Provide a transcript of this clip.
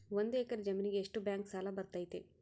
ಒಂದು ಎಕರೆ ಜಮೇನಿಗೆ ಎಷ್ಟು ಬ್ಯಾಂಕ್ ಸಾಲ ಬರ್ತೈತೆ?